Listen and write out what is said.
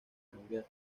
cambiar